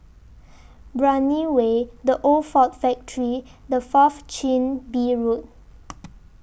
Brani Way The Old Ford Factory and Fourth Chin Bee Road